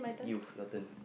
you rotten